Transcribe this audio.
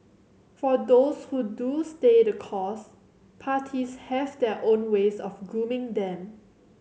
for those who do stay the course parties have their own ways of grooming them